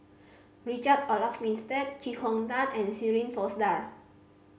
Richard Olaf Winstedt Chee Hong Tat and Shirin Fozdar